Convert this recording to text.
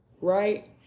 right